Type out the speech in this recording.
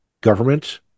government